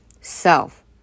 self